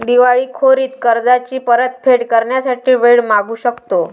दिवाळखोरीत कर्जाची परतफेड करण्यासाठी वेळ मागू शकतो